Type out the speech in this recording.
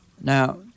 Now